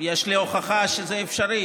יש לי הוכחה שזה אפשרי.